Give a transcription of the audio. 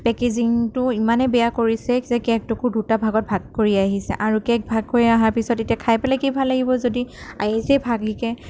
পেকেজিঙটো ইমানেই বেয়া কৰিছে যে কেক টুকুৰ দুটা ভাগত ভাগ কৰি আহিছে আৰু কেক ভাগ কৰি অহাৰ পিছত এতিয়া খাই পেলাই কি ভাল লাগিব যদি আহিছেই ভাগিকৈ